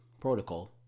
protocol